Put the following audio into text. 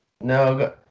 No